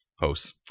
hosts